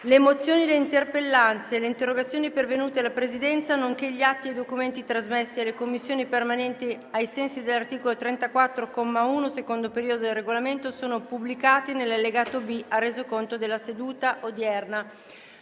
Le mozioni, le interpellanze e le interrogazioni pervenute alla Presidenza, nonché gli atti e i documenti trasmessi alle Commissioni permanenti ai sensi dell'articolo 34, comma 1, secondo periodo, del Regolamento sono pubblicati nell'allegato B al Resoconto della seduta odierna.